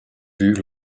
vue